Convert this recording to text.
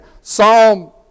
Psalm